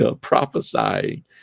prophesying